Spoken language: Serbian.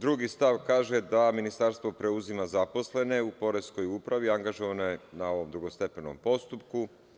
Drugi stav kaže da ministarstvo preuzima zaposlene u Poreskoj upravi angažovane na ovom drugostepenom postupku.